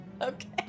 Okay